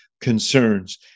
concerns